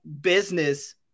business